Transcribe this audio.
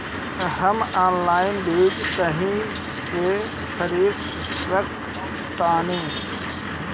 हम ऑनलाइन बीज कईसे खरीद सकतानी?